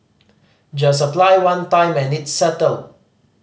just apply one time and it's settled